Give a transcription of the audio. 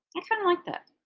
i kind of like that.